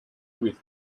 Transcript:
with